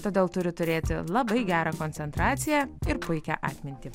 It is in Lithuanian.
todėl turi turėti labai gerą koncentraciją ir puikią atmintį